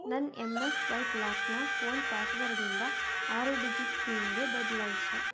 ನನ್ನ M S swipe ಲಾಕನ್ನ phone ಪಾಸ್ವರ್ಡಿಂದ ಆರು ಡಿಜಿಟ್ ಪಿನ್ಗೆ ಬದ್ಲಾಯಿಸು